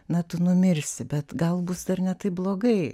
na tu numirsi bet gal bus dar ne taip blogai